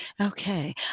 Okay